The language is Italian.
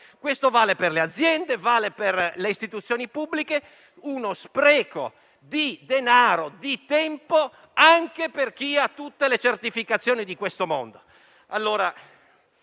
Questo vale per le aziende e per le istituzioni pubbliche, con uno spreco di denaro e di tempo anche per chi ha tutte le certificazioni di questo mondo. Qual